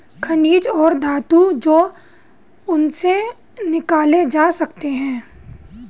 खनिज और धातु जो उनसे निकाले जा सकते हैं